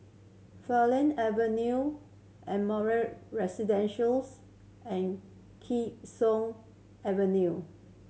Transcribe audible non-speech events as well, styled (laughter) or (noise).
Farleigh Avenue Ardmore (unintelligible) and Kee Sun Avenue